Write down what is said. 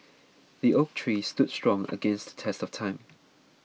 the oak tree stood strong against the test of time